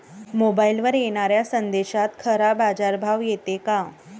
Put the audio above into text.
मोबाईलवर येनाऱ्या संदेशात खरा बाजारभाव येते का?